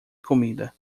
comida